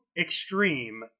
extreme